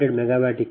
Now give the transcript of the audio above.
0 p